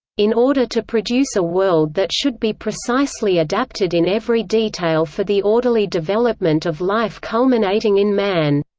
in order to produce a world that should be precisely adapted in every detail for the orderly development of life culminating in man.